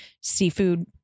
seafood